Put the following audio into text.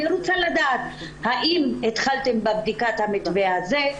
רוצה לדעת האם התחלתם בבדיקת המתווה הזה,